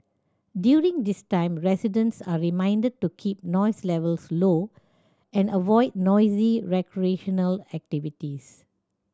during this time residents are reminded to keep noise levels low and avoid noisy recreational activities